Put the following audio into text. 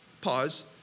pause